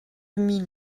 mille